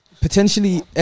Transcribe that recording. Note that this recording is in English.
Potentially